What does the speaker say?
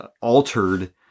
altered